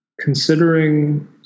Considering